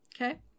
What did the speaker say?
Okay